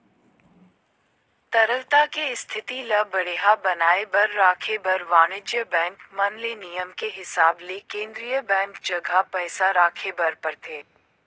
तरलता के इस्थिति ल बड़िहा बनाये बर राखे बर वाणिज्य बेंक मन ले नियम के हिसाब ले केन्द्रीय बेंक जघा पइसा राखे बर परथे